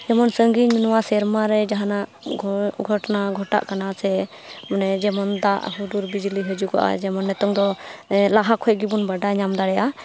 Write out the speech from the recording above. ᱡᱮᱢᱚᱱ ᱥᱟᱺᱜᱤᱧ ᱱᱚᱣᱟ ᱥᱮᱨᱢᱟᱨᱮ ᱡᱟᱦᱟᱱᱟᱜ ᱜᱷᱚᱴᱚᱱᱟ ᱜᱷᱚᱴᱟᱜ ᱠᱟᱱᱟ ᱥᱮ ᱢᱟᱱᱮ ᱡᱮᱢᱚᱱ ᱫᱟᱜ ᱦᱩᱰᱩᱨ ᱵᱤᱡᱽᱞᱤ ᱦᱤᱡᱩᱜᱚᱜᱼᱟ ᱡᱮᱢᱚᱱ ᱱᱤᱛᱚᱝᱫᱚ ᱞᱟᱦᱟ ᱠᱷᱚᱱ ᱜᱮᱵᱚᱱ ᱵᱟᱰᱟᱭ ᱧᱟᱢ ᱫᱟᱲᱮᱭᱟᱜᱼᱟ